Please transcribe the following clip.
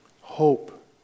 Hope